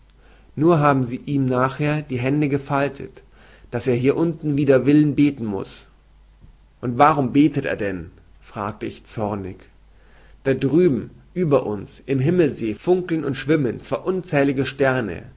nur haben sie ihm nachher die hände gefaltet daß er hier unten wider willen beten muß und warum betet er denn fragte ich zornig da drüben über uns im himmelssee funkeln und schwimmen zwar unzählige sterne